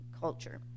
culture